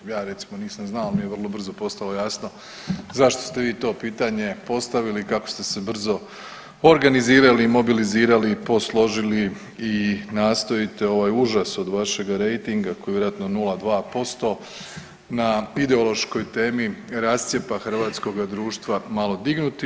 Ja nisam recimo nisam znao, ali mi je vrlo brzo postalo jasno zašto ste vi to pitanje postavili, kako ste se brzo organizirali, mobilizirali, posložili i nastojite ovaj užas od vašega rejtinga koji je vjerojatno 0,2% na ideološkoj temi rascjepa hrvatskoga društva malo dignuti.